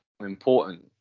important